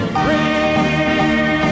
free